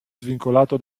svincolato